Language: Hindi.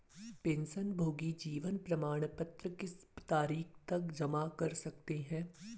पेंशनभोगी जीवन प्रमाण पत्र किस तारीख तक जमा कर सकते हैं?